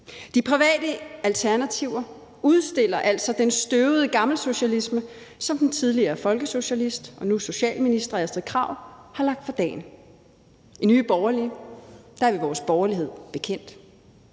De private alternativer udstiller altså den støvede gammelsocialisme, som den tidligere folkesocialist og nu socialminister, Astrid Krag, har lagt for dagen. I Nye Borgerlige er vi vores borgerlighed bekendt.